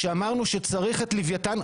כשאמרנו שצריך את ליוויתן,